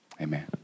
Amen